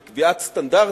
של קביעת סטנדרטים,